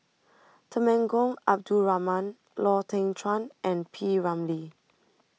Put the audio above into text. Temenggong Abdul Rahman Lau Teng Chuan and P Ramlee